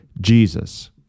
Jesus